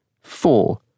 Four